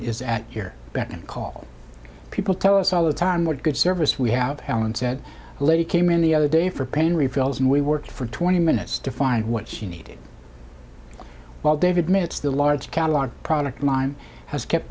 is at your beck and call people tell us all the time what good service we have helen said lady came in the other day for pain refills and we worked for twenty minutes to find what she needed while david minutes the large catalog product line has kept